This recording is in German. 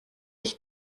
ich